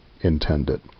intended